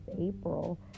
April